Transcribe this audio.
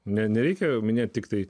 nė nereikėjo minėti tiktai